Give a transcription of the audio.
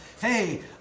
hey